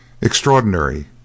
Extraordinary